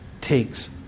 takes